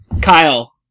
Kyle